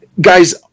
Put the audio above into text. guys